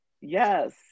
Yes